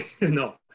no